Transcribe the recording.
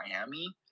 Miami